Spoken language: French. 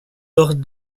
lors